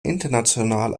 international